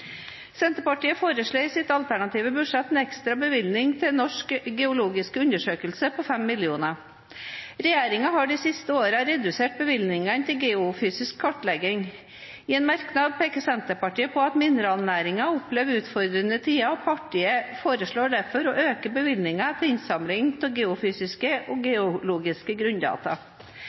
Senterpartiet foreslår i sitt alternative budsjett en ekstra bevilgning til Norges geologiske undersøkelse på 5 mill. kr. Regjeringen har de siste årene redusert bevilgningene til geofysisk kartlegging. I en merknad peker Senterpartiet på at mineralnæringen opplever utfordrende tider, og partiet foreslår derfor å øke bevilgningen til innsamling av geofysiske og geologiske